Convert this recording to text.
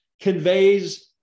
conveys